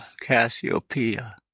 Cassiopeia